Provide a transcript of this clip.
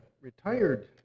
retired